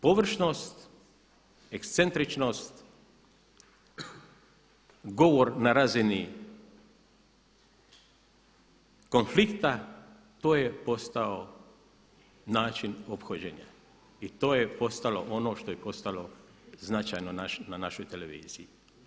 Površnost, ekscentričnost, govor na razini konflikta, to je postao način ophođenja i to je postalo ono što je postalo značajno našoj televiziji.